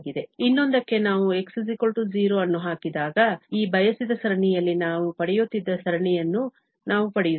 ಇನ್ನೊಂದಕ್ಕೆ ನಾವು x 0 ಅನ್ನು ಹಾಕಿದಾಗ ಈ ಬಯಸಿದ ಸರಣಿಯಲ್ಲಿ ನಾವು ಪಡೆಯುತ್ತಿದ್ದ ಸರಣಿಯನ್ನು ನಾವು ಪಡೆಯುತ್ತೇವೆ